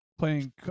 playing